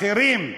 אחרים,